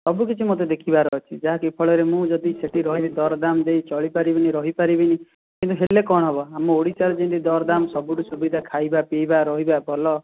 ସବୁ କିଛି ମୋତେ ଦେଖିବାର ଅଛି ଯାହାକି ଫଳରେ ମୁଁ ଯଦି ସେଇଠି ରହି ଦର ଦାମ ଦେଇ ଚଳି ପାରିବିନି ରହି ପାରିବିନି ହେଲେ କ'ଣ ହେବ ଆମ ଓଡ଼ିଶାର ଯେମିତି ଦର ଦାମ ସବୁଠୁ ସୁବିଧା ଖାଇବା ପିଇବା ରହିବା ଭଲ